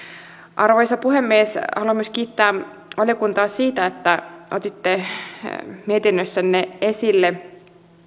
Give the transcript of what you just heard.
arvoisa puhemies haluan myös kiittää valiokuntaa siitä että otitte mietinnössänne esille